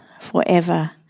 forever